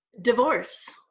Divorce